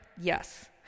Yes